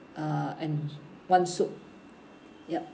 uh and one soup yup